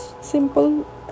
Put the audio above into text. simple